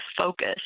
focus